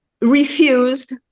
refused